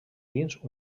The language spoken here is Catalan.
dins